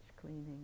cleaning